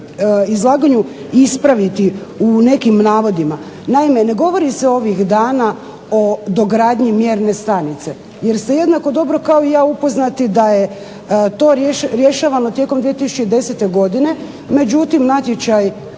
izlaganju ispraviti u nekim navodima. Naime, ne govori se ovih dana o dogradnji mjerne stanice. Jer ste jednako dobro kao i ja upoznati da je to rješavano tijekom 2010. godine, međutim natječaj